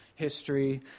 history